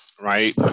right